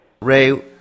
Ray